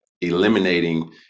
eliminating